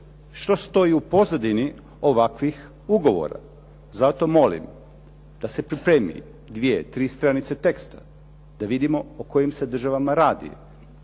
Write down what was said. što stoji u pozadini ovakvih ugovora. Zato molim da se pripremi dvije, tri stranice teksta da vidimo o kojim se državama radi,